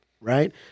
right